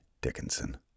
dickinson